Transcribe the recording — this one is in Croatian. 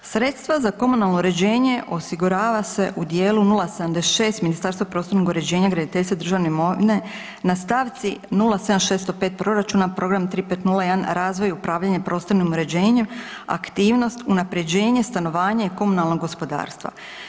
Sredstva za komunalno uređenje osigurava se u dijelu 076 Ministarstva prostornog uređenja i graditeljstva državne imovine na stavci 07605 proračuna, program 3501 razvoj upravljanja prostornim uređenjem, aktivnost, unapređenje, stanovanje i komunalno gospodarstva.